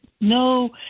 no